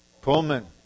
Pullman